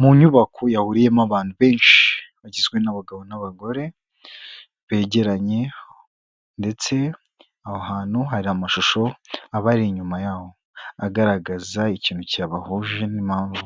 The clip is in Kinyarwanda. Mu nyubako yahuriyemo abantu benshi bagizwe n'abagabo n'abagore begeranye ndetse aho hantu hari amashusho abari inyuma yaho agaragaza ikintu cyabahuje n'impamvu